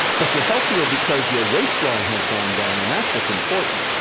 but you're healthier because your waist line has gone down and that's what's important.